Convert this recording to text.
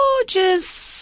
gorgeous